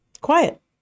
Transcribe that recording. Quiet